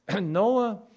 Noah